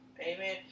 Amen